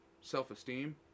self-esteem